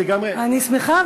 אני שמחה,